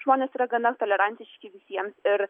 žmonės yra gana tolerantiški visiems ir